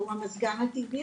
שהוא המזגן הטבעי,